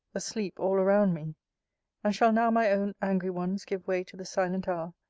asleep all around me and shall now my own angry ones give way to the silent hour,